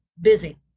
busy